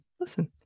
listen